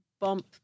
bump